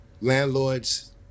Landlord's